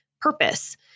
purpose